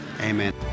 amen